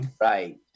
Right